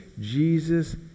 Jesus